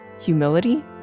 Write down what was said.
humility